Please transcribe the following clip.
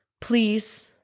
please